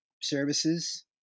services